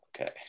Okay